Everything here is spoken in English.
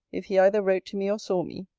if he either wrote to me, or saw me.